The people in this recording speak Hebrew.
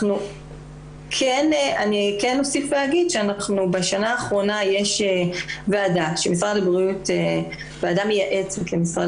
אני כן אוסיף ואגיד שבשנה האחרונה יש ועדה מייעצת למשרד